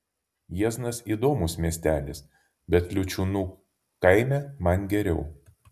jieznas įdomus miestelis bet liučiūnų kaime man geriau